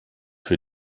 für